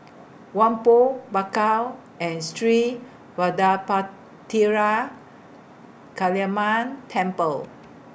Whampoa Bakau and Sri Vadapathira Kaliamman Temple